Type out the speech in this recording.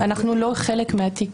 אנחנו לא חלק מהתיק.